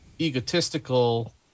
egotistical